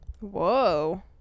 Whoa